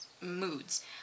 moods